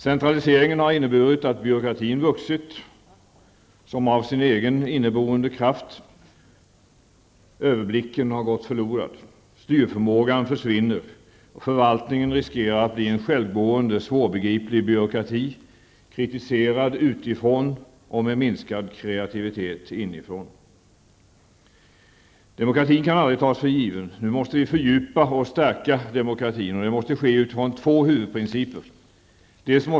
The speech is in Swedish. Centraliseringen har inneburit att byråkratin har vuxit som av egen inneboende kraft. Överblicken har gått förlorad. Styrförmågan försvinner. Förvaltningen riskerar att bli en självgående svårbegriplig byråkrati, kritiserad utifrån och med minskad kreativitet inifrån. Demokratin kan aldrig tas för given. Nu måste vi fördjupa och stärka demokratin. Det måste ske utifrån två huvudprinciper.